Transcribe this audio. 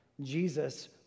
Jesus